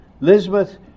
Elizabeth